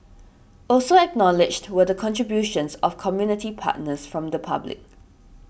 also acknowledged were the contributions of community partners from the public